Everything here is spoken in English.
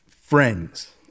friends